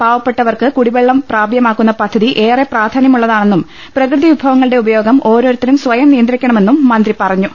പാവപ്പെട്ടവർക്ക് കുടിവെള്ളം പ്രാപ്യമാക്കുന്ന പദ്ധതി ഏറെ പ്രാധാന്യമുള്ളതാണെന്നും പ്രകൃതി വിഭവങ്ങളുടെ ഉപയോഗം ഓരോരുത്തരും സ്വയം നിയന്ത്രിക്കണമെന്നും മന്ത്രി പറഞ്ഞു